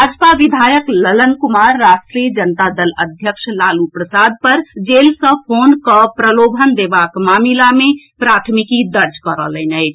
भाजपा विधायक ललन कुमार राष्ट्रीय जनता दल अध्यक्ष लालू प्रसाद पर जेल सँ फोन कऽ प्रलोभन देबाक मामिला मे प्राथमिकी दर्ज करौलनि अछि